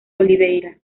oliveira